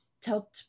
tell